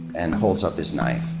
and holds up his knife.